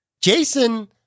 Jason